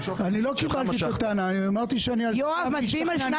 בגלל שאני